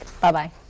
Bye-bye